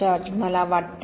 George मला वाटते